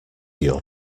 your